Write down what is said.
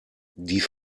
die